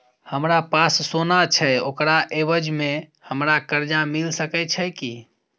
हमरा पास सोना छै ओकरा एवज में हमरा कर्जा मिल सके छै की?